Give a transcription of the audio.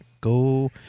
go